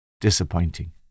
disappointing